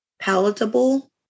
palatable